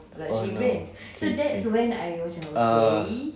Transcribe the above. oh no okay okay ah